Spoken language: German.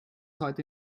heute